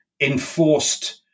enforced